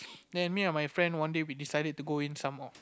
then me and my friend one day we decided to go in some more